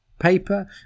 paper